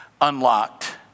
unlocked